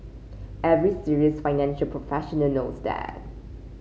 every serious financial professional knows that